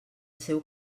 seu